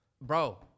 Bro